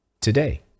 today